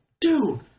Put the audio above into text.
dude